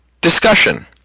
discussion